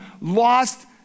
lost